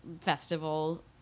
festival